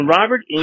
Robert